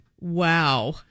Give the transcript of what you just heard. Wow